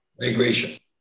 Migration